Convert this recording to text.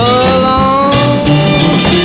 alone